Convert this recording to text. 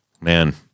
Man